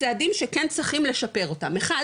צעדים שכן צריכים לשפר אותם,